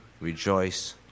Rejoice